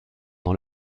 dans